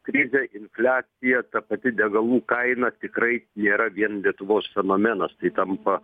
krizė infliacija ta pati degalų kaina tikrai nėra vien lietuvos fenomenas tai tampa